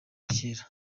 kera